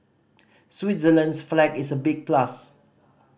Switzerland's flag is a big plus